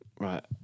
Right